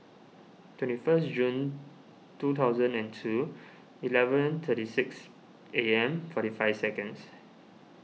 twenty first June two thousand and two eleven thirty six A M forty five seconds